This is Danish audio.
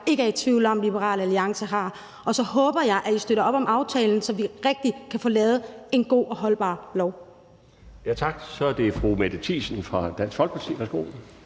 ikke er i tvivl om Liberal Alliance har, og så håber jeg, at I støtter op om aftalen, så vi rigtig kan få lavet en god og holdbar lov.